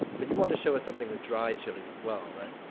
but you wanted to show us something with dried chiles as well, right?